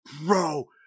bro